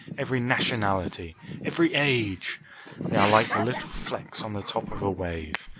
every nationality, every age! they are like the little flecks on the top of a wave.